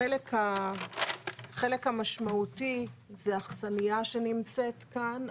החלק המשמעותי זה אכסניה שנמצאת כאן,